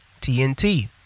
TNT